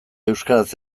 euskaraz